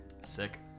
Sick